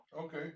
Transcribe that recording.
Okay